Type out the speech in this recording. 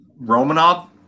Romanov